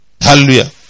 Hallelujah